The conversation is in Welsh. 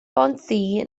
bontddu